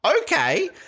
Okay